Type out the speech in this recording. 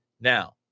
now